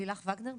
לילך וגנר,